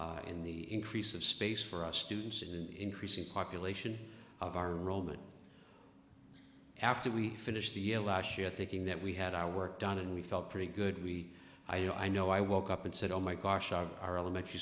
in the increase of space for us to use in the increasing population of our roman after we finished the year last year thinking that we had our work done and we felt pretty good we i know i woke up and said oh my gosh are our elementary